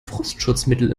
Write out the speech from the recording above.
frostschutzmittel